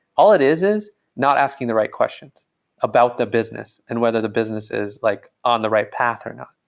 all it is, is not asking the right questions about the business and whether the business is like on the right path or not.